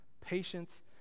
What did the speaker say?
patience